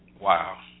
Wow